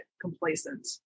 complacent